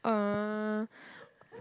uh